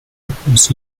ums